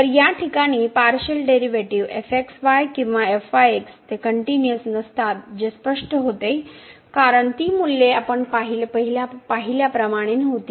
तर या ठिकाणी पार्शियल डेरिवेटिव किंवा ते कनटिन्यूअस नसतात जे स्पष्ट होते कारण ती मूल्ये आपण पाहिल्याप्रमाणे नव्हती